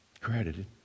credited